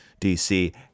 DC